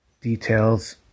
details